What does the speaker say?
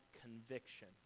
conviction